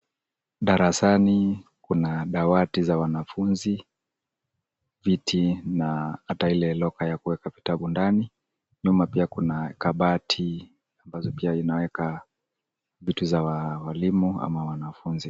Darasani kuna dawati za wanafunzi, viti na hata ile locker ya kuweka vitabu ndani. Nyuma pia kuna kabati ambazo pia inaweka vitu za walimu ama wanafunzi.